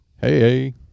Hey